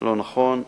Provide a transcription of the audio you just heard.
לא נכון.